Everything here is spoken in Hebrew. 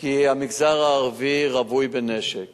כי המגזר הערבי רווי בנשק